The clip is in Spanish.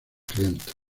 clientes